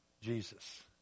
Jesus